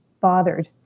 bothered